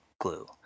glue